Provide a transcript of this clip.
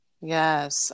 Yes